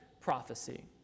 prophecy